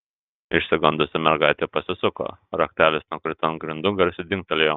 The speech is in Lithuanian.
išsigandusi mergaitė pasisuko raktelis nukrito ant grindų garsiai dzingtelėjo